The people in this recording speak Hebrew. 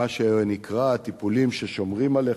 מה שנקרא טיפולים ששומרים עליך,